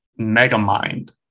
megamind